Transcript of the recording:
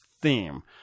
theme